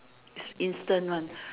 its instant one